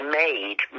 made